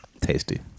Tasty